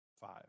Five